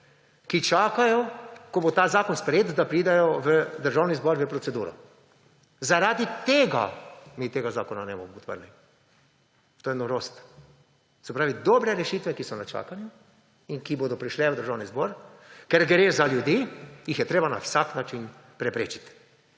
ki čakajo, ko bo ta zakon sprejet, da pridejo v Državni zbor v proceduro - zaradi tega mi tega zakona ne bomo podprli. To je norost. Se pravi, dobre rešitve, ki so na čakanju in ki bodo prišle v Državni zbor, ker gre za ljudi, jih je treba na vsak način preprečiti.